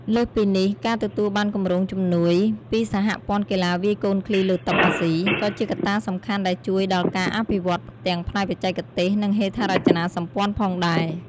លើសពីនេះ ការទទួលបានគម្រោងជំនួយពីសហព័ន្ធកីឡាវាយកូនឃ្លីលើតុអាស៊ី ក៏ជាកត្តាសំខាន់ដែលជួយដល់ការអភិវឌ្ឍន៍ទាំងផ្នែកបច្ចេកទេស និងហេដ្ឋារចនាសម្ព័ន្ធផងដែរ។